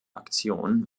aktion